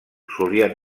solien